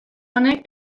honek